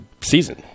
season